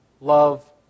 Love